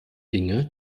dinge